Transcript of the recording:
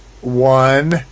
one